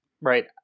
Right